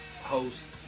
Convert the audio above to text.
host